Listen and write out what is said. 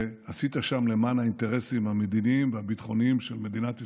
ועשית שם למען האינטרסים המדיניים והביטחוניים של מדינת ישראל.